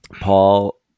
Paul